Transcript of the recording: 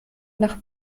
nach